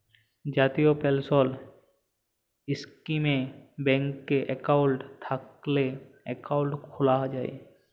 জাতীয় পেলসল ইস্কিমে ব্যাংকে একাউল্ট থ্যাইকলে একাউল্ট খ্যুলা যায়